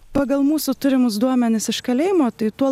pagal mūsų turimus duomenis iš kalėjimo tai tuo